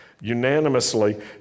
Unanimously